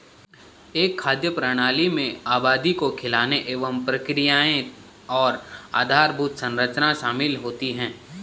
एक खाद्य प्रणाली में आबादी को खिलाने सभी प्रक्रियाएं और आधारभूत संरचना शामिल होती है